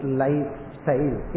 lifestyle